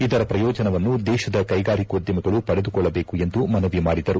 ಇದರ ಪ್ರಯೋಜನವನ್ನು ದೇಶದ ಕೈಗಾರಿಕೋದ್ಯಮಿಗಳು ಪಡೆದುಕೊಳ್ಳಬೇಕು ಎಂದು ಮನವಿ ಮಾಡಿದರು